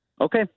Okay